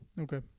Okay